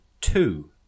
two